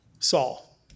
Saul